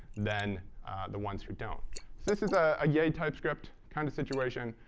than the ones who don't. so this is a ah yay typescript kind of situation.